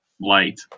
Light